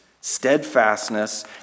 steadfastness